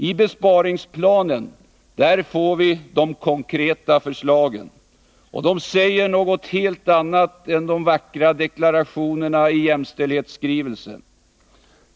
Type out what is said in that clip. I besparingsplanen får vi de konkreta förslagen, och de säger något annat än de vackra deklarationerna i jämställdhetsskrivelsen.